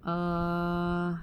err